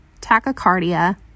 tachycardia